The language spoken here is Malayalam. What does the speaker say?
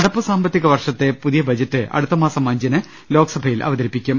നടപ്പുസാമ്പ ത്തിക വർഷത്തെ പൊതുബജറ്റ് അടുത്തമാസം അഞ്ചിന് ലോക്സഭയിൽ അവതരിപ്പിക്കും